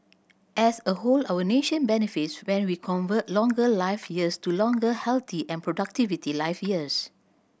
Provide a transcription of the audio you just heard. as a whole our nation benefits when we convert longer life years to longer healthy and productivity life years